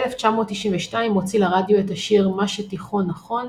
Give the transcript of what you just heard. ב-1992 הוציא לרדיו את השיר "מה שתיכון נכון",